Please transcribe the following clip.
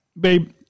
Babe